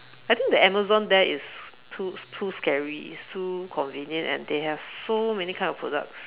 I think the Amazon there is too too scary it's too convenient and they have so many kind of products